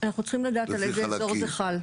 אנחנו צריכים לדעת על איזה אזור זה חל.